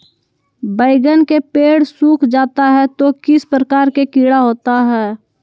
बैगन के पेड़ सूख जाता है तो किस प्रकार के कीड़ा होता है?